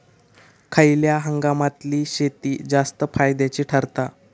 खयल्या हंगामातली शेती जास्त फायद्याची ठरता?